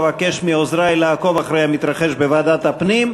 אבקש מעוזרי לעקוב אחרי המתרחש בוועדת הפנים,